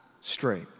straight